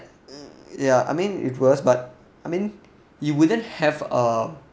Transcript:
yeah I mean it worse but I mean you wouldn't have a